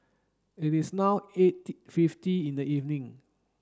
it is now eight fifty in the evening